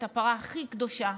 את הפרה הכי קדושה